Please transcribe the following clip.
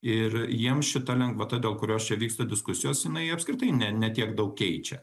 ir jiems šita lengvata dėl kurios čia vyksta diskusijos jinai apskritai ne ne tiek daug keičia